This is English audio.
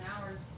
hours